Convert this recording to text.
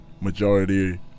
majority